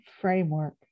framework